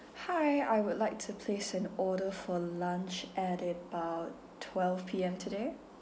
hi I would like to place an order for lunch at about twelve P_M today